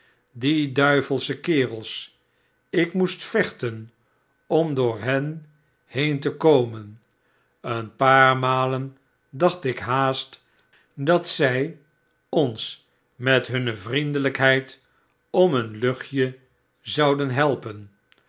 die duivelsche kerels ik moest vechten om door hen heen te komen een paar malen dacht ik haast dat zij ons met hunne vriendelijheid om een luchtje zouden helpen